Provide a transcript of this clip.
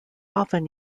often